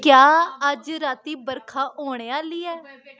क्या अज्ज राती बरखा होने आह्ली ऐ